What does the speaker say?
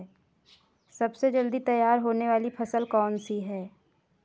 सबसे जल्दी तैयार होने वाली फसल कौन सी है?